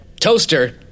Toaster